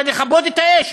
זה לכבות את האש?